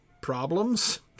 problems